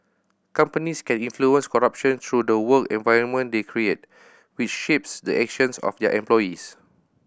companies can influence corruption through the work environment they create which shapes the actions of their employees